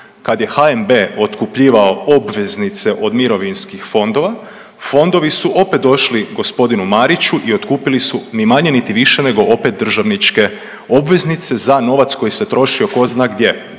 Kad je HNB otkupljivao obveznice od mirovinskih fondova, fondovi su opet došli g. Mariću i otkupili su ni manje niti više nego opet državničke obveznice za novac koji se trošio tko zna gdje.